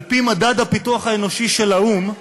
על-פי מדד הפיתוח האנושי של האו"ם,